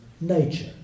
nature